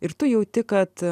ir tu jauti kad